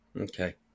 Okay